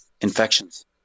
infections